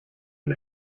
and